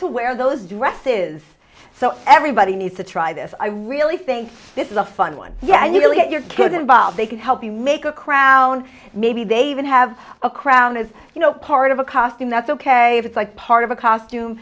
to wear those dresses so everybody needs to try this i really think this is a fun one yeah you'll get your kids involved they can help you make a crown maybe they even have a crown is you know part of a costume that's ok it's like part of a costume